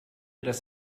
das